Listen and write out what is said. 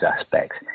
aspects